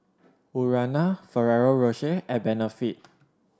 Urana Ferrero Rocher and Benefit